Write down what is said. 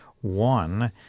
one